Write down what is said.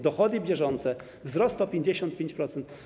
Dochody bieżące - wzrost o 55%.